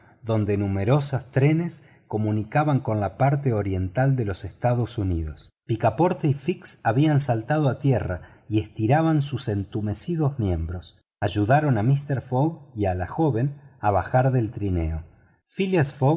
donde numerosos trenes comunicaban con la parte oriental de los estados unidos picaporte y fix habían saltado a tierra y estiraban sus entumecidos miembros ayudaron a mister fogg y a la joven a bajar del trineo phileas